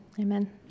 Amen